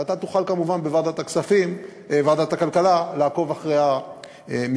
ואתה תוכל כמובן בוועדת הכלכלה לעקוב אחרי המספרים.